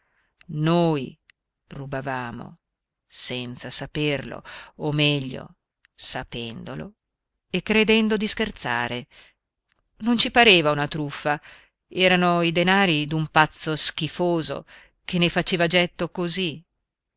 noi rubavamo senza saperlo o meglio sapendolo e credendo di scherzare non ci pareva una truffa erano i denari d'un pazzo schifoso che ne faceva getto così